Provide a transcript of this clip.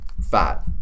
fat